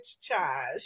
charge